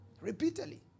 Repeatedly